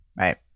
Right